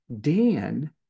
Dan